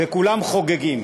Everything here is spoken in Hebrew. וכולם חוגגים.